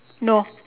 no